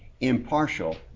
impartial